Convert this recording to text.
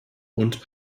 und